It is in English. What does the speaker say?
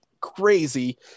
crazy